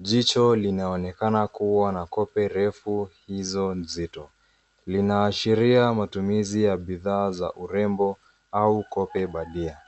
Jicho linaonekana kuwa na kope refu hizo nzito. Linaashiria matumizi ya bidhaa za urembo au kope bandia.